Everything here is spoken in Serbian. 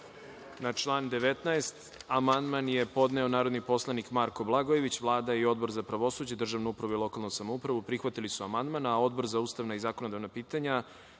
član 19. amandman je podneo narodni poslanik Marko Blagojević. Vlada i Odbor za pravosuđe, državnu upravu i lokalnu samoupravu prihvatili su amandman. Odbor za ustavna pitanja